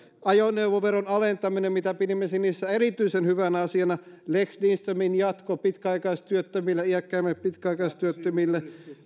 ajoneuvoveron alentaminen mitä pidimme niistä erityisen hyvänä asiana lex lindströmin jatko pitkäaikaistyöttömille iäkkäimmille pitkäaikaistyöttömille